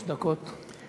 שלוש דקות לרשותך.